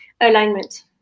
Alignment